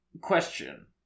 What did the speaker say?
Question